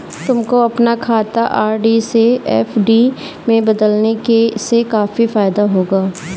तुमको अपना खाता आर.डी से एफ.डी में बदलने से काफी फायदा होगा